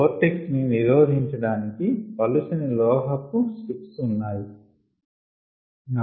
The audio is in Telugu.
వొర్టెక్స్ ని నిరోధించడానికి పలుచని లోహపు స్ట్రిప్స్ ఉన్నాయి